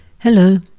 Hello